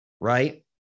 right